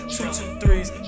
Two-two-threes